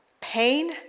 pain